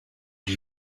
lui